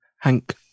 Hank